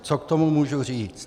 Co k tomu můžu říct?